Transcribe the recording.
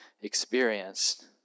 experienced